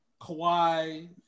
Kawhi